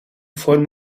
فرم